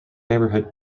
neighborhood